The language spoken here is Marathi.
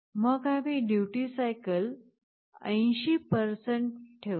मग आम्ही ड्युटी सायकल 80 ठेवतो